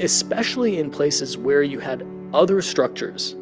especially in places where you had other structures